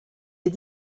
est